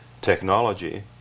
technology